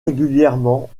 régulièrement